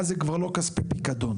ואז זה כבר לא כספי פיקדון.